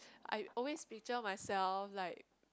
I always picture myself like